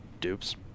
dupes